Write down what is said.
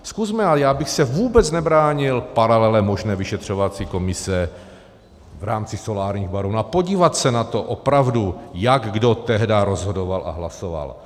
Zkusme, já bych se vůbec nebránil paralele možné vyšetřovací komise v rámci solárních baronů, a podívat se na to opravdu, jak kdo tehdy rozhodoval a hlasoval.